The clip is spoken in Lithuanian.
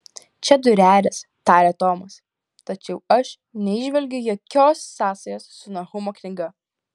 čia diureris tarė tomas tačiau aš neįžvelgiu jokios sąsajos su nahumo knyga